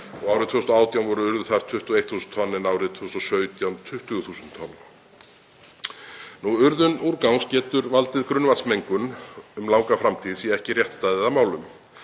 Árið 2018 voru urðuð þar 21.000 tonn en árið 2017 20.000 tonn. Urðun úrgangs getur valdið grunnvatnsmengun um langa framtíð sé ekki rétt staðið að málum.